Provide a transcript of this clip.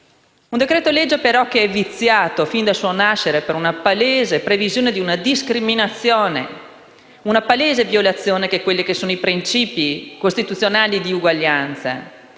un decreto-legge che è viziato fin dal suo nascere dalla palese previsione di una discriminazione e da una palese violazione dei principi costituzionali dell'uguaglianza